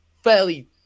fairly